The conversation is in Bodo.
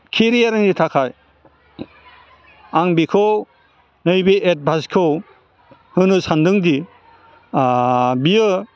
केरियारनि थाखाय आं बेखौ नैबे एडभाइसखौ होनो सानदोंदि बियो